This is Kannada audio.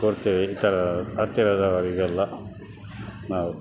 ಕೊಡ್ತೇವೆ ಈ ಥರ ಹತ್ತಿರದವರಿಗೆಲ್ಲ ನಾವು